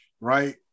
right